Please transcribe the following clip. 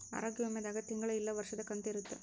ಆರೋಗ್ಯ ವಿಮೆ ದಾಗ ತಿಂಗಳ ಇಲ್ಲ ವರ್ಷದ ಕಂತು ಇರುತ್ತ